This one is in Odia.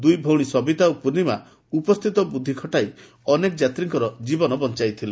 ଦୁଇ ଭଉଣୀ ସବିତା ଓ ପୂର୍ଶ୍ରିମା ଉପସ୍ସିତ ବୁଦ୍ଧି ଖଟାଇ ଅନେକ ଯାତ୍ରୀଙ୍କର ଜୀବନ ବଞାଇଥିଲେ